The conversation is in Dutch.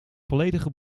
volledige